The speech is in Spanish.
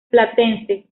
platense